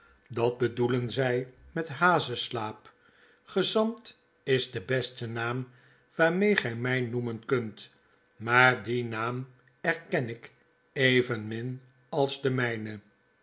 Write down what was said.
dat bedoelen zy met hazeslaap qezant is de beste naam waarmee gy my noemen kunt maar dien naam erken ik evenmin als den mynen